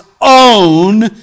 own